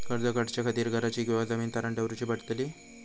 कर्ज काढच्या खातीर घराची किंवा जमीन तारण दवरूची पडतली?